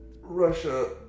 Russia